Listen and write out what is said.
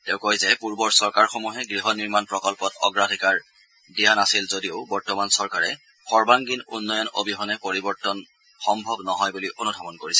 তেওঁ কয় যে পূৰ্বৰ চৰকাৰসমূহে গৃহ নিৰ্মাণ প্ৰকল্পত অগ্ৰাধিকাৰ প্ৰদান কৰা নাছিল যদিও বৰ্তমান চৰকাৰে সৰ্বাংগীন উন্নয়ন অবিহনে পৰিৱৰ্তনৰ সম্ভৱ নহয় বুলি অনুধাৱন কৰিছে